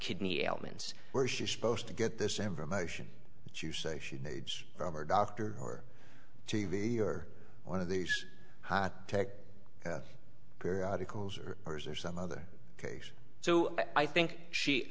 kidney elements where she is supposed to get this information that you say she needs from her doctor or t v or one of these high tech periodicals or ors or some other case so i think she